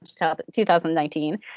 2019